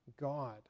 God